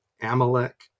Amalek